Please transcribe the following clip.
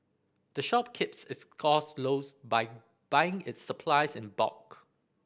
the shop keeps its cost lows by buying its supplies in bulk